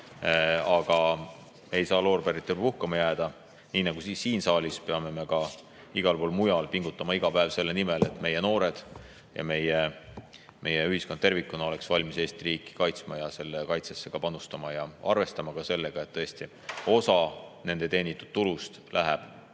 Aga ei saa loorberitele puhkama jääda. Nii nagu siin saalis peame me ka igal pool mujal pingutama iga päev selle nimel, et meie noored ja meie ühiskond tervikuna oleks valmis Eesti riiki kaitsma ja selle kaitsesse panustama ning arvestama ka sellega, et osa nende teenitud tulust läheb